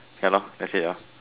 ya lor that's it hor